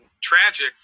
tragic